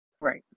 Right